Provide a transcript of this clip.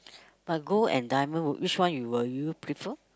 but gold and diamond w~ which one will you prefer